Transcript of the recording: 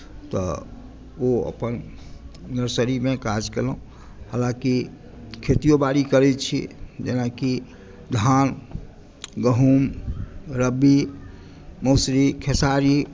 तऽ ओ अपन नर्सरीमे काज केलहुँ हालाँकि खेतियो बारी करैत छी जेनाकि धान गहूम रबी मसुरी खेसारी